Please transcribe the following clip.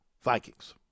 Vikings